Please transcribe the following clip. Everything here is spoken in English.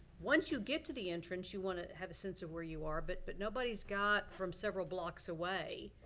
once you get to the entrance you wanna have a sense of where you are, but but nobody's got from several blocks away,